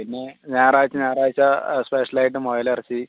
പിന്നെ ഞായറാഴ്ച്ച ഞായറാഴ്ച്ച സ്പെഷ്യലായിട്ട് മുയലിറച്ചി